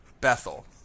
Bethel